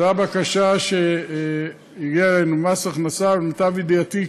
זאת הבקשה שהגיעה אלינו ממס הכנסה, ולמיטב ידיעתי,